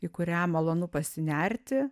į kurią malonu pasinerti